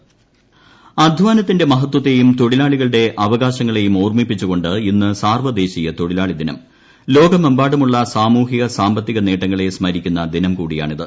May ദിനം intro അധ്വാനത്തിന്റെ മഹത്വത്തെയും തൊഴിലാളികളുടെ അവകാ ശങ്ങളെയും ഓർമിപ്പിച്ചുകൊണ്ട് ഇന്ന് സാർവ്വദേശീയ തൊഴിലാളിദിനം ലോകമെമ്പാടുമുള്ള സാമൂഹ്ച്ച് സാമ്പത്തിക നേട്ടങ്ങളെ സ്മരിക്കുന്ന ദിനം കൂടിയാണിത്